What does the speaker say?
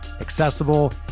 accessible